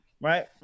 right